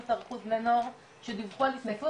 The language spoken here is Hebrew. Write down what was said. אחוזים מבני הנוער שדיווחו על התנסות.